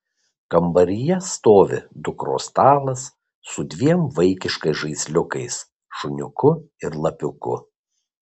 kambaryje stovi dukros stalas su dviem vaikiškais žaisliukais šuniuku ir lapiuku